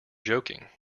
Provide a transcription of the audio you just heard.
joking